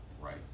right